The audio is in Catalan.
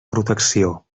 protecció